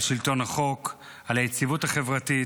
על שלטון החוק, על היציבות החברתית,